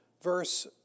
verse